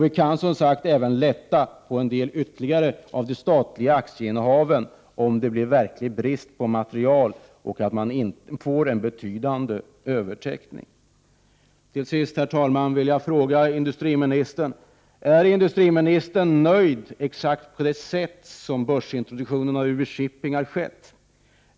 Vi kan som sagt även lätta ytterligare på de statliga aktieinnehaven om det blir verklig brist på material och det uppstår en betydande överteckning. Till sist, herr talman, vill jag fråga industriministern: Är industriministern nöjd med exakt det sätt som börsintroduktionen av UV-Shipping har skett på?